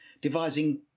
devising